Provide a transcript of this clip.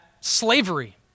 slavery